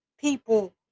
people